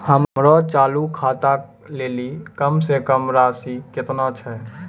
हमरो चालू खाता लेली कम से कम राशि केतना छै?